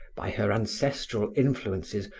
by her ancestral influences,